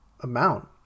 amount